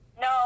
No